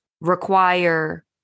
require